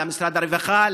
למשרד הרווחה,